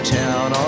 town